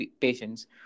patients